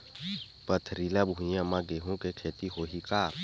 पथरिला भुइयां म गेहूं के खेती होही का?